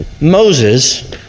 Moses